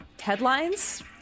headlines